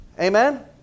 Amen